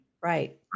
right